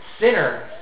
Sinner